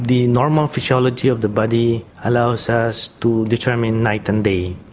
the normal physiology of the body allows us to determine night and day.